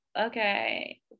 Okay